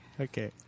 okay